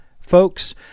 folks